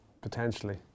Potentially